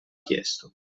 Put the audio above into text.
chiesto